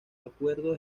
acuerdo